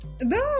No